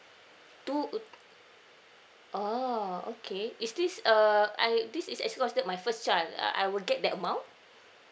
two uh oh okay is this err I this is actually considered my first child uh I will get that amount